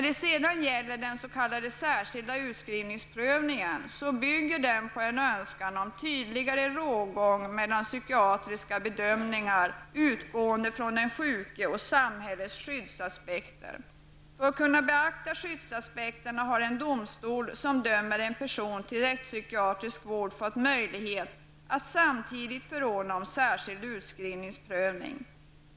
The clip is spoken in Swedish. Den särskilda utskrivningsprövningen bygger på en önskan om tydligare rågång mellan psykiatriska bedömningar med utgångspunkt i den sjukes situation och samhällets skyddsaspekter. För att kunna beakta skyddsaspekterna har en domstol som dömer en person till rättspsykiatrisk vård fått möjlighet att samtidigt förordna om särskild utskrivningsprövning.